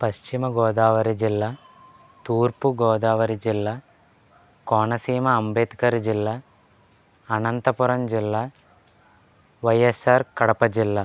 పశ్చిమ గోదావరి జిల్లా తూర్పు గోదావరి జిల్లా కోనసీమ అంబేద్కర్ జిల్లా అంతపురం జిల్లా వైయస్ఆర్ కడప జిల్లా